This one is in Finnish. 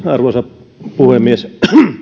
arvoisa puhemies